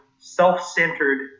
self-centered